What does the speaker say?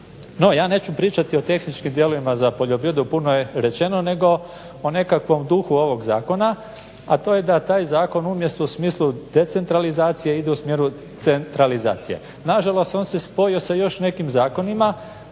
ja neću pričati o tehničkim dijelovima za poljoprivredu, puno je rečeno, nego o nekakvom duhu ovog zakona, a to je da taj zakon umjesto u smislu decentralizacije ide u smjeru centralizacije. Nažalost on se spojio sa još nekim zakonima,